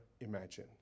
imagine